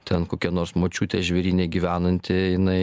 ten kokia nors močiutė žvėryne gyvenanti jinai